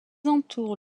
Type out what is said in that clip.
entourent